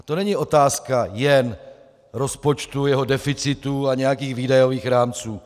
To není otázka jen rozpočtu, jeho deficitu a nějakých výdajových rámců.